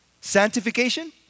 Sanctification